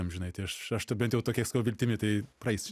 amžinai tai aš aš bent jau tokia viltimi tai praeis